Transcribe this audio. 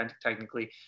technically